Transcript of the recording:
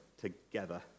together